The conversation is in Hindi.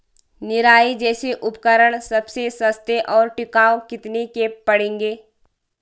निराई जैसे उपकरण सबसे सस्ते और टिकाऊ कितने के पड़ेंगे?